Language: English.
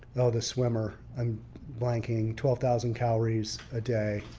oh the swimmer um blanking twelve thousand calories a day.